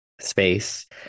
space